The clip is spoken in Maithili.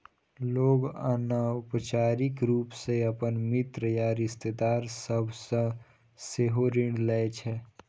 लोग अनौपचारिक रूप सं अपन मित्र या रिश्तेदार सभ सं सेहो ऋण लै छै